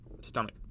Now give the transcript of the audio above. stomach